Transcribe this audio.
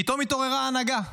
פתאום ההנהגה התעוררה.